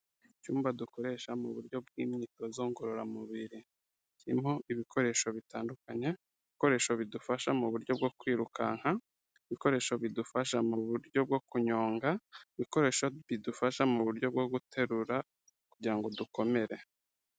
Icyumba dukoresha mu buryo bw'imyitozo ngororamubiri, kirimo ibikoresho bitandukanye, ibikoresho bidufasha mu buryo bwo kwirukanka, ibikoresho bidufasha mu buryo bwo kunyonga, ibikoresho bidufasha mu buryo bwo guterura kugira ngo dukomere.